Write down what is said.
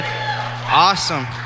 Awesome